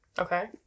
Okay